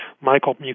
Michael